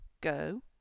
Go